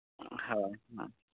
ᱦᱳᱭ ᱦᱮᱸ